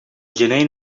gener